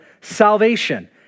salvation